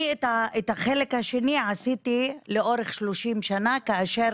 אני את החלק השני עשיתי לאורך 30 שנה כאשר